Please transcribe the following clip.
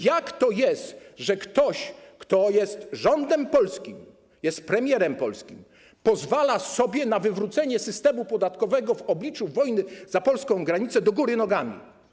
Jak to jest, że ktoś, kto jest w rządzie polskim, jest premierem polskim, pozwala sobie na wywrócenie systemu podatkowego w obliczu wojny za polską granicą do góry nogami?